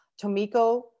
Tomiko